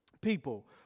people